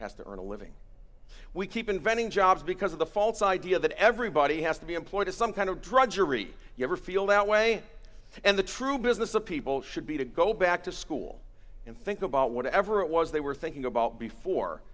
has to earn a living we keep inventing jobs because of the false idea that everybody has to be employed in some kind of drudgery you ever feel that way and the true business of people should be to go back to school and think about whatever it was they were thinking about before